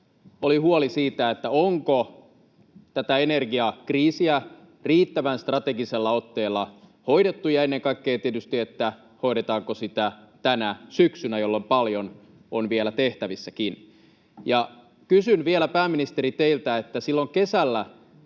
oli huoli siitä, onko tätä energiakriisiä riittävän strategisella otteella hoidettu ja ennen kaikkea tietysti hoidetaanko sitä tänä syksynä, jolloin paljon on vielä tehtävissäkin. Ja kysyn vielä, pääministeri, teiltä: Ihan sama,